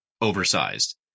oversized